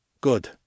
Good